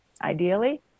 ideally